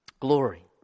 glory